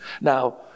Now